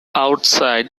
outside